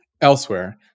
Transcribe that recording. Elsewhere